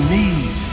need